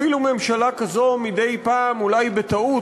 אפילו ממשלה כזאת, מדי פעם, אולי בטעות,